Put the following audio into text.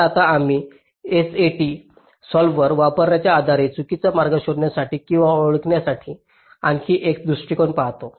तर आता आम्ही SAT सॉल्व्हर वापरण्याच्या आधारे चुकीचा मार्ग शोधण्यासाठी किंवा ओळखण्यासाठी आणखी एक दृष्टीकोन पाहतो